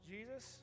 Jesus